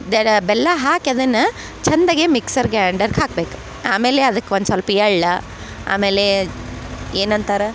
ಬೆಲ್ಲ ಹಾಕಿ ಅದನ್ನ ಚಂದಗೆ ಮಿಕ್ಸರ್ ಗ್ಯಾಂಡರ್ಗ್ ಹಾಕ್ಬೇಕು ಆಮೇಲೆ ಅದಕ್ಕೆ ಒಂದು ಸೊಲ್ಪ ಎಳ್ಳು ಆಮೇಲೆ ಏನಂತರ